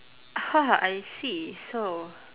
I see so